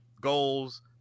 goals